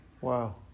Wow